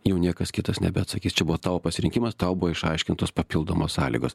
jau niekas kitas nebeatsakys čia buvo tavo pasirinkimas tau buvo išaiškintos papildomos sąlygos